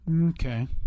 Okay